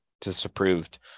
disapproved